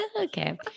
Okay